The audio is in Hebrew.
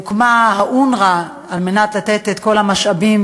הוקמה אונר"א כדי לתת את כל המשאבים,